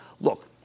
look